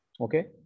Okay